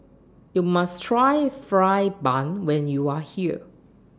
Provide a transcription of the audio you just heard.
YOU must Try Fried Bun when YOU Are here